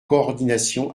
coordination